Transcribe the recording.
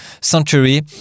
Century